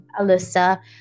Alyssa